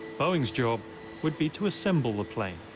boeing's job would be to assemble the plane.